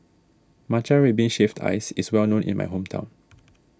Matcha Red Bean Shaved Ice is well known in my hometown